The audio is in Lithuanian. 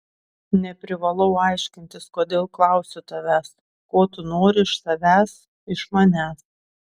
neprivalau aiškintis kodėl klausiu tavęs ko tu nori iš savęs iš manęs